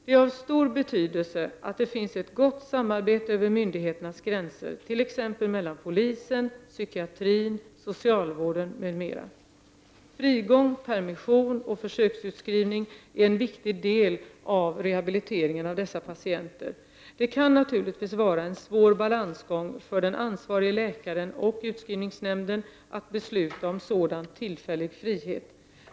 Det är av stor betydelse att det finns ett gott samarbete över myndigheternas gränser mellan polisen, psykiatrin, socialvården m.m. Frigång, permission och försöksutskrivning är en viktig del av rehabiliteringen av dessa patienter. Det kan naturligtvis vara en svår balansgång för den ansvarige läkaren och utskrivningsnämnden att besluta om sådan tillfällig frihet.